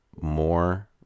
more